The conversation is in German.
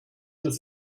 das